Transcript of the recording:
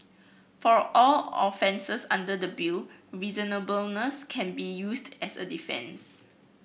for all offences under the bill reasonableness can be used as a defence